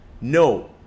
No